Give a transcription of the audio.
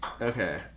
okay